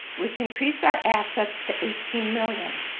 which increased our assets to eighteen million